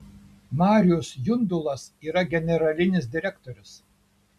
marius jundulas yra generalinis direktorius